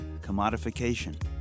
commodification